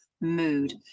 mood